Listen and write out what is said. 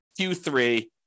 Q3